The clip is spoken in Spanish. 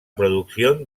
producción